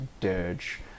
dirge